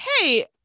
hey